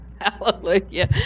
Hallelujah